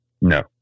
No